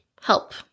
help